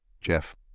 Jeff